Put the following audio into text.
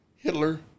Hitler